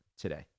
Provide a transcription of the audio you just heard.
today